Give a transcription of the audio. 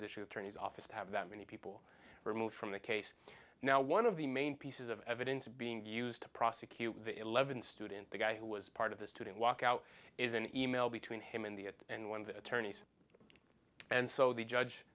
shoe tourney's office to have that many people removed from the case now one of the main pieces of evidence being used to prosecute the eleven student the guy who was part of the student walkout is an e mail between him and the at and one of the attorneys and so the judge